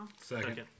Second